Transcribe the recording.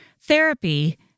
therapy